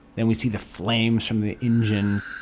then we see the flames from the engine.